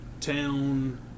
town